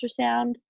ultrasound